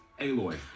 Aloy